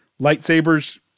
lightsabers